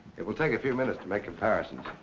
it will take a few minutes to make comparisons.